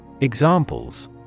Examples